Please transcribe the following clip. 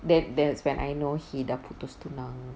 then that's when I know he dah putus tunang